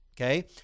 okay